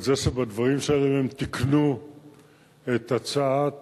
על זה שבדברים שלהם הם תיקנו את הצעת